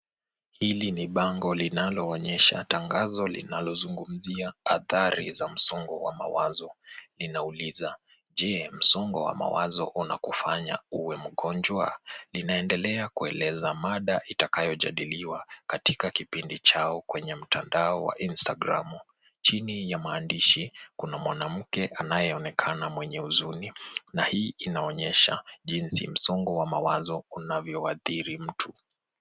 Hili ni bango linaloonyesha tangazo linalozungumzia athari za msongo wa mawazo. Linauliza 'Je msongo wa mawazo unakufanya uwe mgonjwa?' Linaendelea kueleza mada itakayojadiliwa katika kipindi chao kwenye mtandao wa instagramu. Chini ya maandishi kuna mwanamke anayeonekana mwenye huzuni na hii inaonyesha jinsi msongo wa mawazo unavyo athiri mtu.